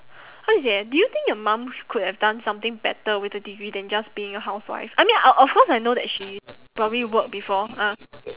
how do you say do you think your mum could have done something better with her degree than just being a housewife I mean of of course I know that she probably work before ah